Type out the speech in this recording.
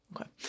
Okay